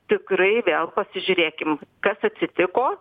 tikrai vėl pasižiūrėkim kas atsitiko